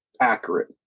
accurate